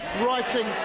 writing